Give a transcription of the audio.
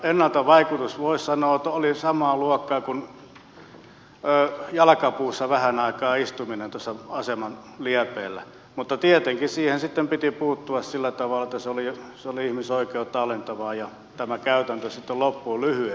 ennalta ehkäisevä vaikutus voisi sanoa oli samaa luokkaa kuin jalkapuussa vähän aikaa istuminen tuossa aseman liepeillä mutta tietenkin siihen sitten piti puuttua sillä tavalla että se oli ihmisoikeutta alentavaa ja tämä käytäntö sitten loppui lyhyeen